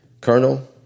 Colonel